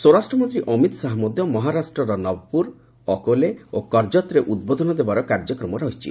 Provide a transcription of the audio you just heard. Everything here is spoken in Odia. ସ୍ୱରାଷ୍ଟ୍ର ମନ୍ତ୍ରୀ ଅମିତ ଶାହା ମଧ୍ୟ ମହାରାଷ୍ଟ୍ରର ନଭପୁର ଅକୋଲେ ଓ କର୍ଜତରେ ଉଦ୍ବୋଧନ ଦେବାର କାର୍ଯ୍ୟସ୍ଟ୍ରୀ ରହିଛି